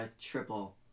triple